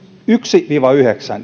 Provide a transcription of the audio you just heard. yhden viiva yhdeksän